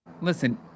Listen